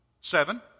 Seven